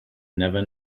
never